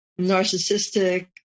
narcissistic